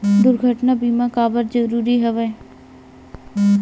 दुर्घटना बीमा काबर जरूरी हवय?